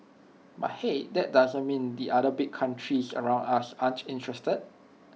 but hey that doesn't mean the other big countries around us aren't interested